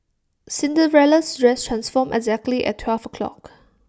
Cinderella's dress transformed exactly at twelve o'clock